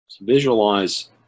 visualize